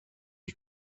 you